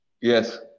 Yes